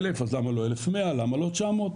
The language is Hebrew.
1,000 אז למה לא 1,100 למה לא 900?